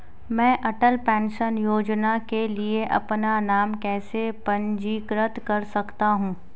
मैं अटल पेंशन योजना के लिए अपना नाम कैसे पंजीकृत कर सकता हूं?